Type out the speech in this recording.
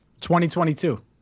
2022